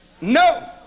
No